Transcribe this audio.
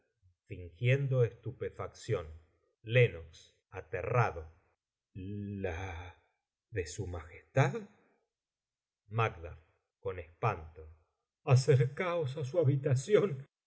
la de su majestad con espanto acercaos á su habitación